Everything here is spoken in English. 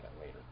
later